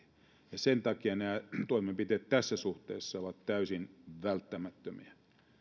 ja sen takia nämä toimenpiteet tässä suhteessa ovat täysin välttämättömiä